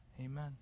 Amen